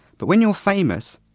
but when you're famous,